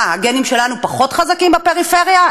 מה, הגנים שלנו פחות חזקים בפריפריה?